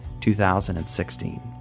2016